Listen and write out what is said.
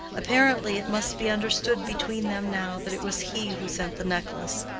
apparently it must be understood between them now that it was he who sent the necklace.